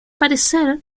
parecer